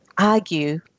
argue